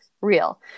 real